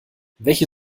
welche